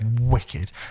wicked